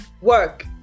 work